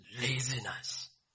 laziness